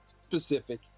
specific